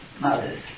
mothers